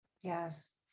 Yes